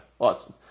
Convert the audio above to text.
awesome